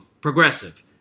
progressive